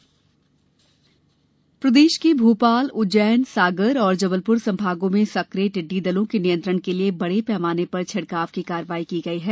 टिड़डी दल प्रदेश के भोपाल उज्जैन सागर और जबलपुर संभागों में सक्रिय टिड्डी दलों के नियंत्रण के लिए बड़े पैमाने पर छिड़काव की कार्यवाही की गई है